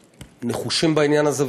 נחושים בעניין הזה,